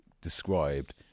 described